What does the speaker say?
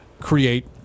create